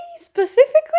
specifically